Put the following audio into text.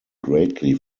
greatly